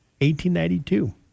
1892